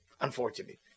unfortunately